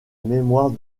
mémoire